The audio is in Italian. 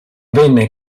venne